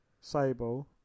Sable